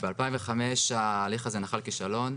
ב2005 ההליך הזה נחל כישלון,